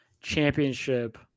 championship